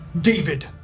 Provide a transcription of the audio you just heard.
David